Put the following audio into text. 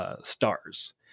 stars